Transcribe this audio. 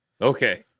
Okay